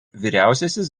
vyriausiasis